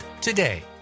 today